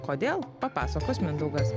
kodėl papasakos mindaugas